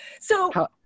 So-